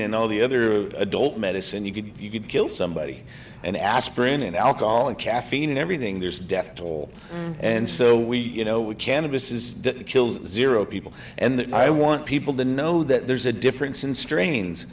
and all the other adult medicine you could you could kill somebody an aspirin and alcohol and caffeine and everything there's death toll and so we you know we cannabis is kills zero people and i want people to know that there's a difference in strains